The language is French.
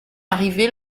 arrivé